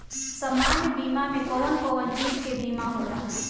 सामान्य बीमा में कवन कवन चीज के बीमा होला?